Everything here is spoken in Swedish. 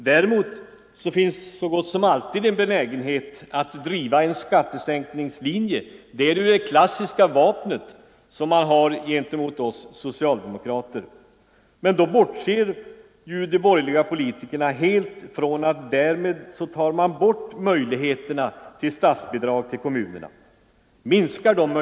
Däremot finns så gott som alltid en benägenhet att driva en skattesänkningslinje — det är ju det klassiska vapnet gentemot oss socialdemokrater. Men då bortser de borgerliga politikerna från att man därmed helt tar bort eller minskar möjligheterna till statsbidrag till kommunerna.